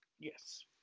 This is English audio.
Yes